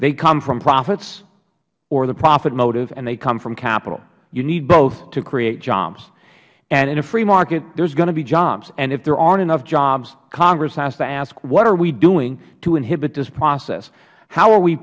they come from profits or the profit motive and they come from capital you need both to create jobs in a free market there are going to be jobs and if there aren't enough jobs congress has to ask what are we doing to inhibit this process how are we